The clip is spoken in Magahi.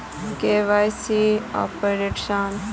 KYC updation?